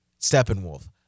steppenwolf